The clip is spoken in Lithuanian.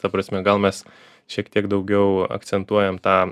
ta prasme gal mes šiek tiek daugiau akcentuojam tą